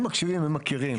הם מקשיבים, הם מכירים.